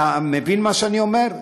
אתה מבין מה שאני אומר?